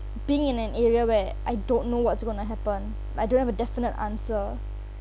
being in an area where I don't know what's going to happen I don't have a definite answer